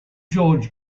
george